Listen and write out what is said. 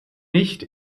nicht